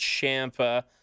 Champa